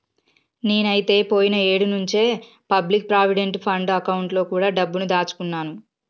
నేనైతే పోయిన ఏడు నుంచే పబ్లిక్ ప్రావిడెంట్ ఫండ్ అకౌంట్ లో కూడా డబ్బుని దాచుకున్నాను